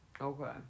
Okay